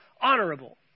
honorable